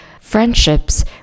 friendships